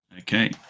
Okay